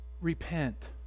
Repent